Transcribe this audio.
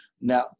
Now